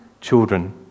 children